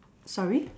sorry